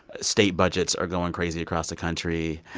state budgets are going crazy across the country.